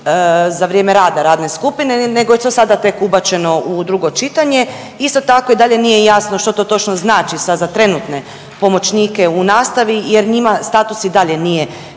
za vrijeme rada radne skupine nego je to sada tek ubačeno u drugo čitanje. Isto tako i dalje nije jasno što to točno znači sad za trenutne pomoćnike u nastavi jer njima status i dalje nije reguliran